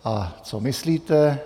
A co myslíte?